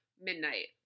midnight